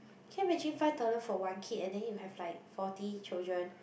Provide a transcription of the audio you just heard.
can you imagine five dollar for one kid then you have like forty children